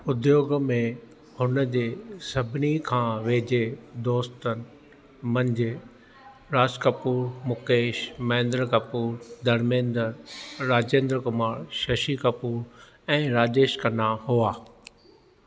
उद्योगु में हुन जे सभिनी खां वेझे दोस्तनि मंझि राज कपूर मुकेश महेंद्र कपूर धर्मेंद्र राजेंद्र कुमार शशि कपूर ऐं राजेश खन्ना हुआ